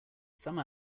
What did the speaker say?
some